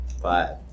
five